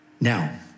Now